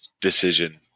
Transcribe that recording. decision